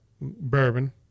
Bourbon